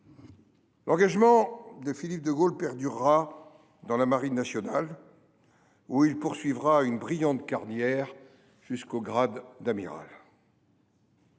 L’engagement de Philippe de Gaulle perdurera dans la marine nationale, où il poursuivra une brillante carrière jusqu’au grade d’amiral.